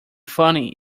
funny